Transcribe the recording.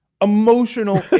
emotional